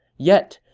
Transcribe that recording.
yet,